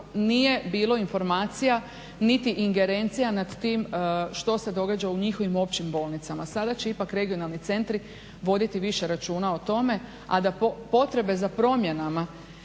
nije bilo informacija niti ingerencija nad tim što se događa u njihovim bolnicama. Sada će ipak regionalni centri voditi više računa o tome, a da potrebe za promjenama